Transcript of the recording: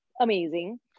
amazing